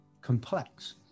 complex